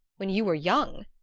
when you were young?